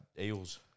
Eels